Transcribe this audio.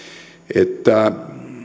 että